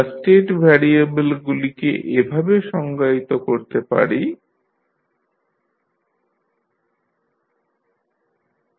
আমরা স্টেট ভ্যারিয়েবেলগুলিকে এভাবে সংজ্ঞায়িত করতে পারি x1tmt Lt x2tdLtdtandx3tdmdt